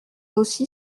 aussi